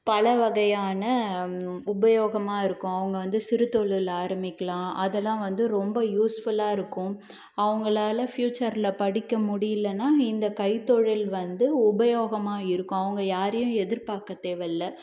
பல வகையான உபயோகமாக இருக்கும் அவங்க வந்து சிறுதொழில் ஆரமிக்கலாம் அதெல்லாம் வந்து ரொம்ப யூஸ்ஃபுல்லாக இருக்கும் அவங்களால ஃபியூச்சரில் படிக்க முடியலன்னா இந்த கைத்தொழில் வந்து உபயோகமாக இருக்கும் அவங்க யாரையும் எதிர்பார்க்க தேவையில்ல